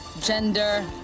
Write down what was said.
gender